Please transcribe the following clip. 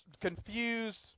confused